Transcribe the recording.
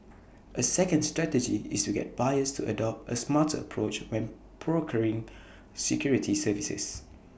A second strategy is to get buyers to adopt A smarter approach when procuring security services